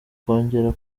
kongera